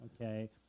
Okay